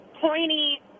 pointy